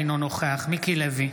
אינו נוכח מיקי לוי,